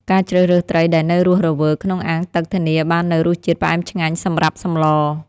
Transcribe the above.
ការជ្រើសរើសត្រីដែលនៅរស់រវើកក្នុងអាងទឹកធានាបាននូវរសជាតិផ្អែមឆ្ងាញ់សម្រាប់សម្ល។